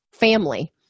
family